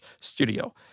studio